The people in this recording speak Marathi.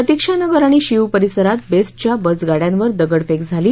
प्रतिक्षानगर आणि शीव परिसरात बेस्टच्या बसगाड्यांवर दगडफेक झाली